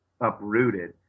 uprooted